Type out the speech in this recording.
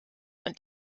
und